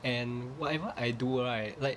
and whatever I do right like